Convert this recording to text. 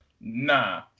Nah